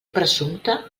presumpta